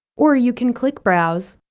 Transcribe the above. or you can click browse,